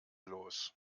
los